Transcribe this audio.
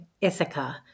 Ithaca